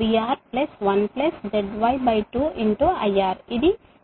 VR1ZY2IR ఇది 17